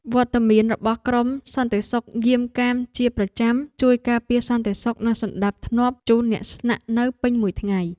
វត្តមានរបស់ក្រុមសន្តិសុខយាមកាមជាប្រចាំជួយការពារសន្តិសុខនិងសណ្តាប់ធ្នាប់ជូនអ្នកស្នាក់នៅពេញមួយថ្ងៃ។